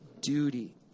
duty